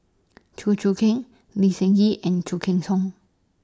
Chew Choo Keng Lee Seng Gee and Khoo Cheng Tiong